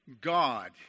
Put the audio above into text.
God